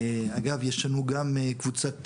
אגב, יש לנו גם קבוצת טלגרם.